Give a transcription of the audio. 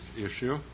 issue